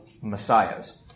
messiahs